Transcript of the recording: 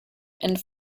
and